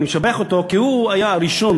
אני משבח אותו כי הוא היה הראשון,